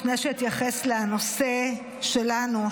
לפני שאתייחס לנושא שלנו,